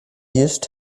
used